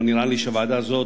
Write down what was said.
אבל נראה לי שהוועדה הזאת,